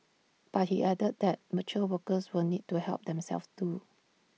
but he added that mature workers will need to help themselves too